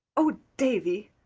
oh, davy,